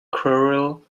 quarrel